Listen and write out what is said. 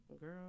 Girl